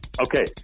Okay